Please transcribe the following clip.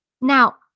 now